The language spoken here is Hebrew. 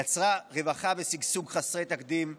יצרה רווחה ושגשוג חסרי תקדים,